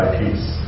peace